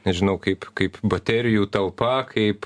nežinau kaip kaip baterijų talpa kaip